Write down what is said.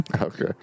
Okay